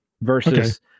Versus